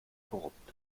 korrupt